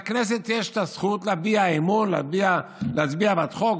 לכנסת יש את הזכות להביע אמון ולהצביע בעד חוק,